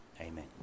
Amen